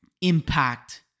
impact